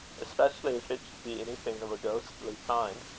especially if it should be anything of a ghostly kind.